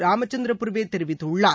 ராம்சந்திர புர்வே தெரிவித்துள்ளார்